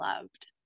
loved